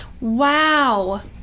Wow